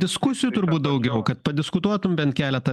diskusijų turbūt daugiau kad padiskutuotum bent keletą